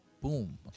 boom